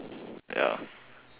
ya